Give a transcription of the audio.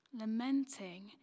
Lamenting